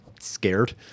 scared